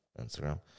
Instagram